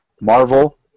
Marvel